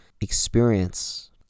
experience